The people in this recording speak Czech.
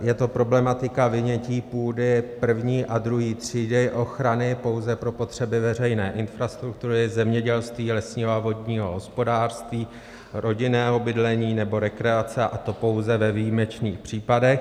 Je to problematika vynětí půdy první a druhé třídy ochrany pouze pro potřeby veřejné infrastruktury, zemědělství, lesního a vodního hospodářství, rodinného bydlení nebo rekreace, a to pouze ve výjimečných případech.